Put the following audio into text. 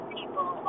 people